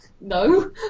no